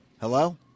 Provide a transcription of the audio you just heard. Hello